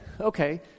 okay